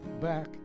back